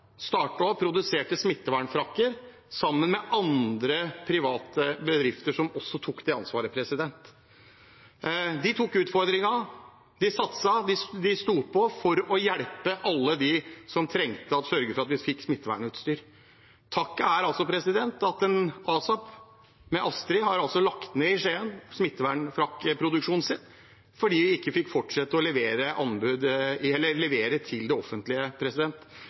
smittevernfrakker sammen med andre private bedrifter, som også tok det ansvaret. De tok utfordringen, de satset, de sto på for å hjelpe alle dem som trengte det, og sørget for at vi fikk smittevernutstyr. Takken er at ASAP og Astrid i Skien har måttet legge ned produksjonen av smittevernfrakker fordi de ikke fikk fortsette å levere til det offentlige.